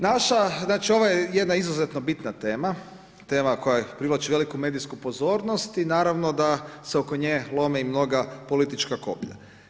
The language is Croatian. Naša, znači ovo je jedna izuzetno bitna tema, tema koja privlači veliku medijsku pozornosti i naravno da se oko nje lome i mnoga politička koplja.